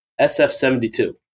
SF72